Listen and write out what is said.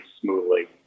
smoothly